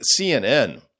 CNN